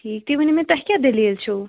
ٹھیٖک تُہۍ ؤنِو مےٚ تۄہہِ کیٛاہ دٔلیٖل چھُو